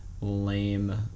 lame